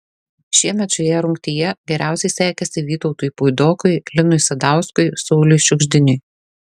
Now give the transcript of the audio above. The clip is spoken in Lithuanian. šiemet šioje rungtyje geriausiai sekėsi vytautui puidokui linui sadauskui sauliui šiugždiniui